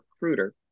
recruiter